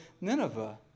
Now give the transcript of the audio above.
Nineveh